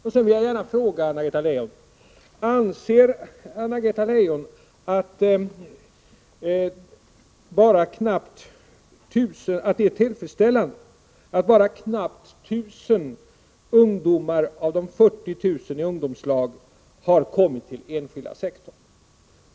Jag vill vidare fråga Anna-Greta Leijon: Anser Anna-Greta Leijon att det är tillfredsställande att bara knappt 1000 ungdomar av de 40 000 i ungdomslag har kommit till den enskilda sektorn?